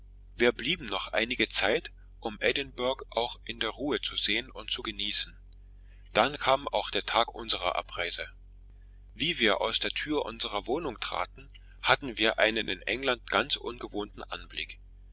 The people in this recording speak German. wir blieben noch einige zeit um edinburgh auch in der ruhe zu sehen und zu genießen dann kam auch der tag unserer abreise wie wir aus der tür unserer wohnung traten hatten wir einen in england ganz ungewohnten anblick